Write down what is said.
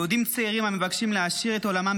יהודים צעירים המבקשים להעשיר את עולמם